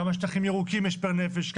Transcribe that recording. כמה שטחים ירוקים יש פר נפש.